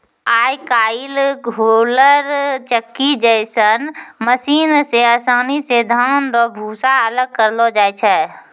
आय काइल होलर चक्की जैसन मशीन से आसानी से धान रो भूसा अलग करलो जाय छै